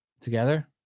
together